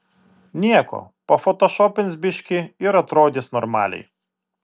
nieko pafotošopins biškį ir atrodys normaliai